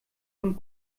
von